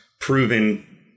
proven